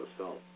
assault